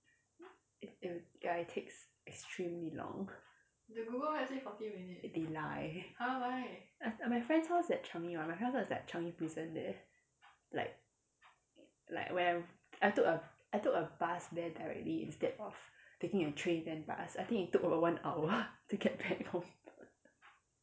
it it will ya it takes extremely long they lie I my friend's house at changi [what] my friend's house is like changi prison there like like when I I took a I took a bus there directly instead of taking a train then bus I think it took over one hour to get back home